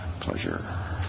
pleasure